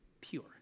pure